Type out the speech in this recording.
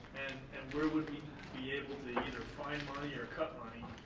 and where would be be able to either find money or cut money,